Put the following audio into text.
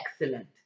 excellent